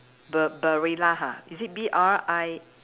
Ba~ Barilla ha is it B R I